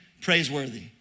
praiseworthy